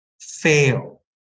fail